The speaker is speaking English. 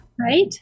Right